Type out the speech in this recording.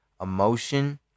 emotion